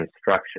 structure